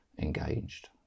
engaged